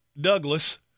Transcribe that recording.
douglas